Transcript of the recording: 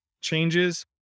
changes